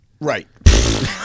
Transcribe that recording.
Right